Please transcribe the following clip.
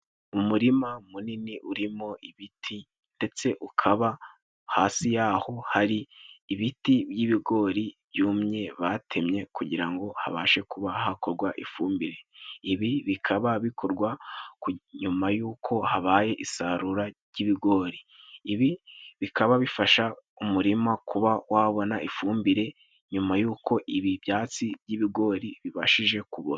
Umurima munini urimo ibiti ndetse ukaba hasi y'aho hari ibiti by'ibigori byumye batemye kugira ngo habashe kuba hakorwa ifumbire; ibi bikaba bikorwa nyuma y'uko habaye isarura ry'ibigori, ibi bikaba bifasha umurima kuba wabona ifumbire nyuma y'uko ibi byatsi by'ibigori bibashije kubora.